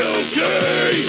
okay